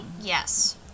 yes